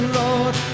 lord